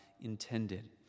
intended